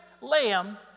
lamb